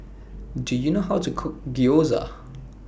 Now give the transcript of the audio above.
Do YOU know How to Cook Gyoza